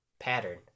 pattern